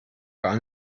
gar